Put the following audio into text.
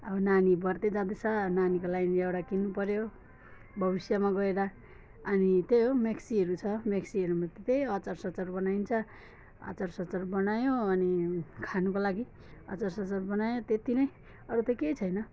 अब नानी बढ्दै जाँदैछ नानीको लागि नि एउटा किन्नुपऱ्यो भविष्यमा गएर अनि त्यही हो मिक्सीहरू छ मिक्सीहरूमा त त्यही अचारसचार बनाइन्छ अचारसचार बनायो अनि खानुको लागि अचारसचार बनायो त्यति नै अरू त केही छैन